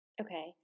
Okay